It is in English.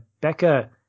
Becca